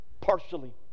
partially